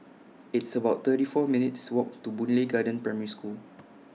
It's about thirty four minutes' Walk to Boon Lay Garden Primary School